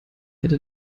hätte